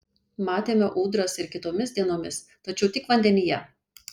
matėme ūdras ir kitomis dienomis tačiau tik vandenyje